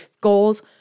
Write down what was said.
goals